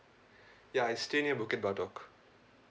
ya I stay near bukit batok